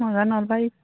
বেয়া নাপায়